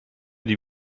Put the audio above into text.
die